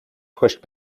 pushed